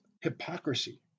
hypocrisy